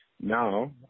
Now